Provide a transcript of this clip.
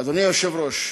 אדוני היושב-ראש,